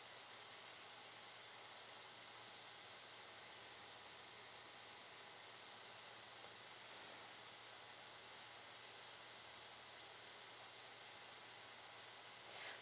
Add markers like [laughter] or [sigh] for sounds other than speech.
[breath]